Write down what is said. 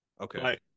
okay